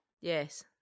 Yes